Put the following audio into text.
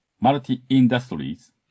multi-industries